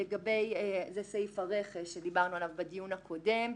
זה סעיף הרכש שדיברנו עליו בדיון הקודם.